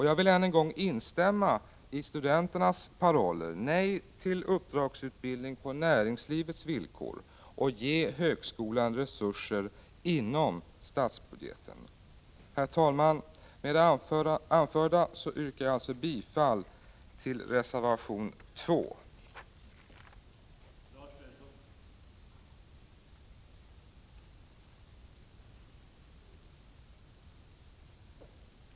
Jag vill än en gång instämma i studenternas paroller: ”Nej till uppdragsutbildning på näringslivets villkor! Ge högskolan resurser inom statsbudgeten!” Herr talman! Med det anförda yrkar jag bifall till reservation 2.